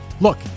Look